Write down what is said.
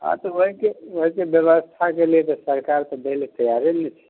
हँ तऽ ओहिके ओहिके व्यवस्थाके लिए तऽ सरकार तऽ दै ले तैआरे नहि छै